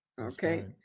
Okay